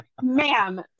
ma'am